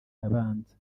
abanza